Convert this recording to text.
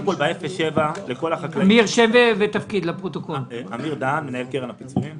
אני מנהל קרן הפיצויים ברשות המסים.